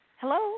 Hello